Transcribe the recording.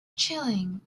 chilling